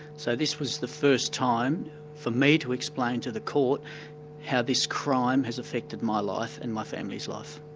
so this was the first time for me to explain to the court how this crime has affected my life and my family's life.